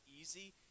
easy